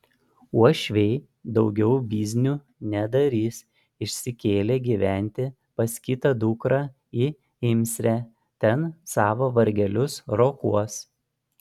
uošviai daugiau biznių nedarys išsikėlė gyventi pas kitą dukrą į imsrę ten savo vargelius rokuos